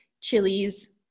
chilies